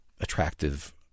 attractive